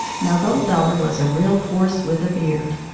now, gold dollar was a real horse with a beard.